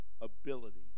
abilities